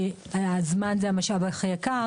כי הזמן זה המשאב הכי יקר,